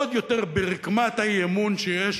עוד יותר, ברקמת האי-אמון שיש